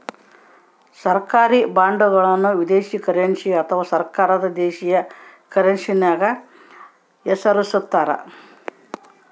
ಸರ್ಕಾರಿ ಬಾಂಡ್ಗಳನ್ನು ವಿದೇಶಿ ಕರೆನ್ಸಿ ಅಥವಾ ಸರ್ಕಾರದ ದೇಶೀಯ ಕರೆನ್ಸ್ಯಾಗ ಹೆಸರಿಸ್ತಾರ